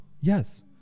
Yes